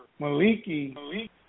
Maliki